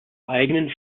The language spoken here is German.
eigenen